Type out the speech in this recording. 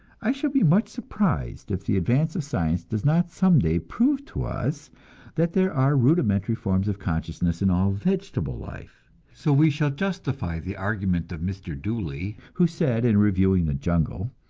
i shall be much surprised if the advance of science does not some day prove to us that there are rudimentary forms of consciousness in all vegetable life so we shall justify the argument of mr. dooley, who said, in reviewing the jungle,